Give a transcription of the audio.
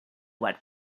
what